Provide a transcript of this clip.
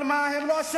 אבל מה, הם לא אשמים.